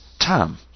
Tom